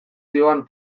zihoan